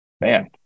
man